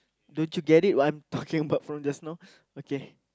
don't you get it what I'm talking about from just now okay